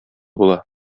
була